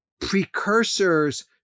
precursors